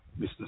Mr